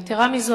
יתירה מזו,